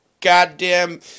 goddamn